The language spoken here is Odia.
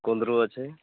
କୁନ୍ଦୁରି ଅଛି